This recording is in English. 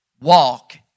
walk